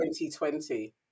2020